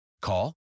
Call